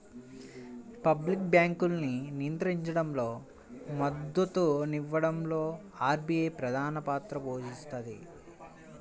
public బ్యాంకింగ్ను నియంత్రించడంలో, మద్దతునివ్వడంలో ఆర్బీఐ ప్రధానపాత్ర పోషిస్తది